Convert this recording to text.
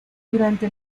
durante